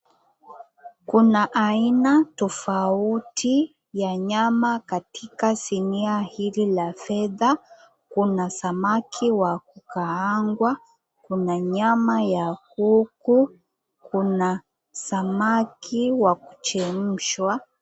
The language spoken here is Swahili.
Kuna aina tofauti ya nyama katika sinia hili la kifedha. Kuna samaki wa kukaangwa, kuna nyama ya kuku, kuna samaki wa kuchemshwa.